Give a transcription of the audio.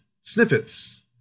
snippets